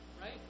Right